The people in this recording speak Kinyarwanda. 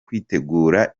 kwitegura